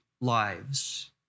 lives